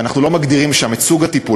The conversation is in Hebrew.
אנחנו לא מגדירים שם את סוג הטיפול,